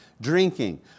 drinking